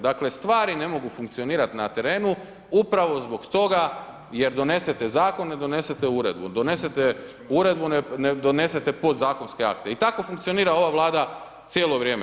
Dakle, stvari ne mogu funkcionirati na terenu upravo zbog toga jer donesete Zakone, donesete Uredbu, donesete Uredbu, ne donesete podzakonske akte i tako funkcionira ova Vlada cijelo vrijeme.